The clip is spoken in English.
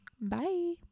bye